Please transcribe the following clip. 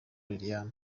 liliane